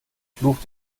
fluch